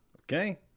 Okay